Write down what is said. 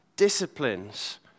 disciplines